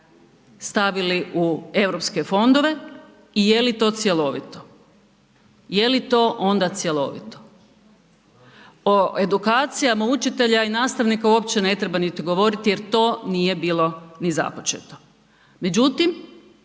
stavili u europske fondove i jeli to cjelovito, jeli to onda cjelovito? O edukacijama učitelja i nastavaka uopće ne treba niti govoriti jer to nije bilo ni započeto.